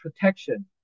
protection